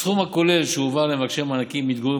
הסכום הכולל שהועבר למבקשי מענקים המתגוררים